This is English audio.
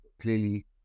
Clearly